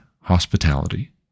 hospitality